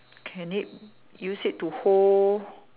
can it use it to hold